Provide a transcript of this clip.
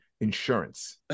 insurance